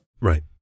Right